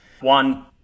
One